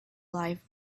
life